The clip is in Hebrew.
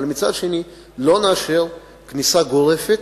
אבל מצד שני לא נאשר כניסה גורפת,